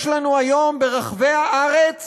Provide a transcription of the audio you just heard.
יש לנו היום ברחבי הארץ